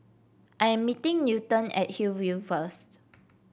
I am meeting Newton at Hillview first